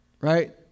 right